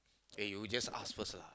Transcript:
K you just ask first lah